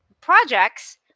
Projects